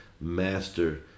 master